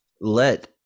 let